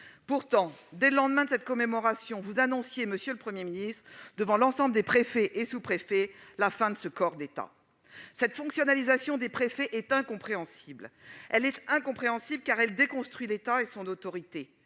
ministre, dès le lendemain de cette commémoration, vous annonciez devant l'ensemble des préfets et sous-préfets la fin de ce corps d'État. Cette fonctionnalisation des préfets est incompréhensible. Elle est incompréhensible, car elle déconstruit l'État et son autorité,